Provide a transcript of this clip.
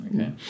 Okay